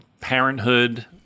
Parenthood